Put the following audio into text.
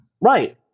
Right